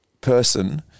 person